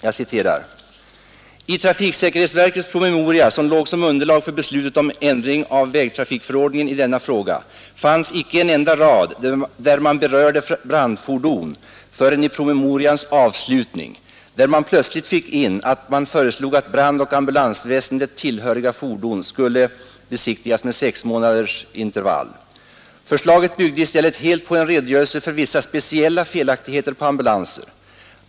Jag citerar: ”I trafiksäkerhetsverkets promemoria som låg som underlag för beslutet om ändringen av VTF i denna fråga fanns icke en enda rad där man berörde brandfordon förrän i promemorians avslutning där man plötsligt fick in att man föreslog att brandoch ambulansväsendet tillhöriga fordon skulle besiktigas med 6-månadersintervaller. Förslaget byggde i stället helt på en redogörelse för vissa speciella felaktigheter på ambulanser.